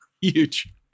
huge